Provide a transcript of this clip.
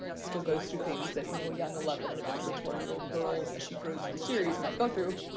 still goes through things that, you know, a young eleven and eventually twelve year old girl she grows to the series might go through.